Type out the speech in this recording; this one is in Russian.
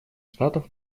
штатов